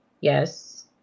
Yes